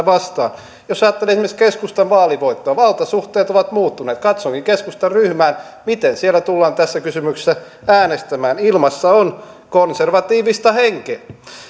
vastaan jos ajattelee esimerkiksi keskustan vaalivoittoa valtasuhteet ovat muuttuneet katsonkin keskustan ryhmää miten siellä tullaan tässä kysymyksessä äänestämään ilmassa on konservatiivista henkeä